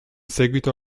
seguito